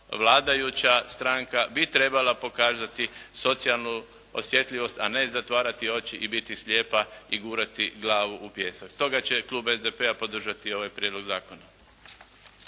vladajuća stranka bi trebala pokazati socijalnu osjetljivost a ne zatvarati oči i biti slijepa i gurati glavu u pijesak. Stoga će Klub SDP-a podržati ovaj Prijedlog zakona.